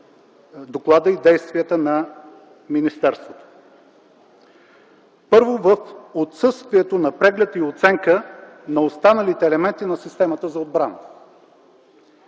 доклада и действията на министерството? Първо, в отсъствието на преглед и оценка на останалите елементи на системата за отбрана.